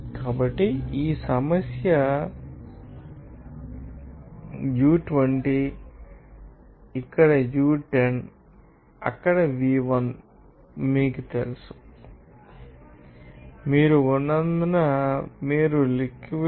కాబట్టి ఈ సమస్య u20 ఇక్కడ u10 ఇక్కడ v2 మీకు తెలుసు కాని మళ్ళీ మీరు మాస్ ఫ్లో రేటును లెక్కించాలి